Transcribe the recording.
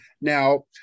Now